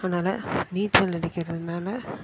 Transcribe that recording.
அதனால் நீச்சல் அடிக்கிறதுனால